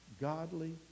godly